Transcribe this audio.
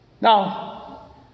Now